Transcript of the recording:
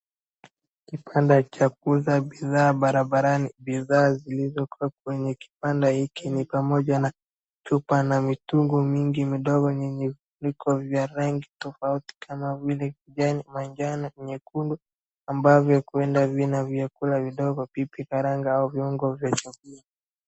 Kipande cha kuuza bidhaa barabarani. Bidhaa zilizokuwa kwenye kibanda hiki ni pamoja na chupa na mitungu mingi midogo yenye vifuko vya rangi tofauti kama vile kijani, manjano, nyekundu ambavyo huenda vina vyakula vidogo, pipi, karanga au viungo vya chakula.